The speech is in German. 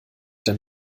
dann